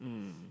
mm